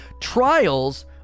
Trials